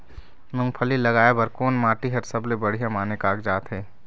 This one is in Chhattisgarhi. मूंगफली लगाय बर कोन माटी हर सबले बढ़िया माने कागजात हे?